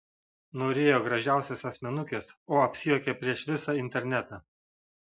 norėjo gražiausios asmenukės o apsijuokė prieš visą internetą